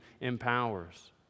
empowers